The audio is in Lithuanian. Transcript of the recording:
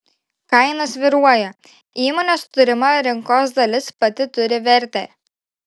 kaina svyruoja įmonės turima rinkos dalis pati turi vertę